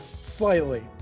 Slightly